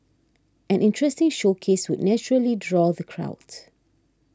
an interesting showcase would naturally draw the crowd